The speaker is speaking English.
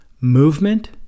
movement